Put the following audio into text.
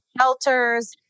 shelters